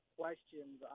questions